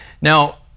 Now